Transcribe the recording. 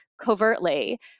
covertly